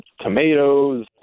tomatoes